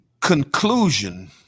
conclusion